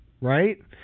right